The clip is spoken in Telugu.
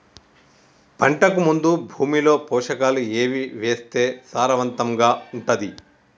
పంటకు ముందు భూమిలో పోషకాలు ఏవి వేస్తే సారవంతంగా ఉంటది?